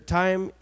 time